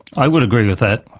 i would agree with that.